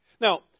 Now